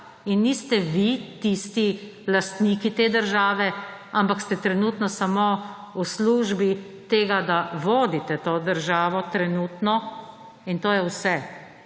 in niste vi tisti lastniki te države, ampak ste trenutno samo v službi tega, da vodite to državo. Trenutno. In to je vse.